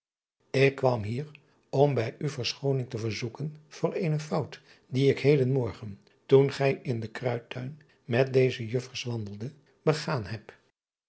k kwam hier om bij u verschooning te verzoeken voor eene fout die ik heden morgen toen gij in den ruidtuin met deze uffers wandelde begaan heb